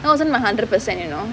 that wasn't my hundred percent you know